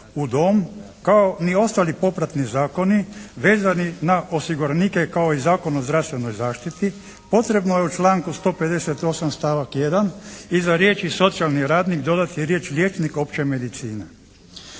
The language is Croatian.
u dom, kao ni ostali popratni zakoni vezani na osiguranike kao i Zakon o zdravstvenoj zaštiti potrebno je u članku 158. stavak 1. iza riječi "socijalni radnik" dodati riječ "liječnik opće medicine".